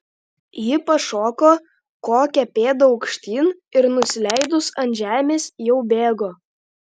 ji pašoko kokią pėdą aukštyn ir nusileidus ant žemės jau bėgo